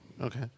Okay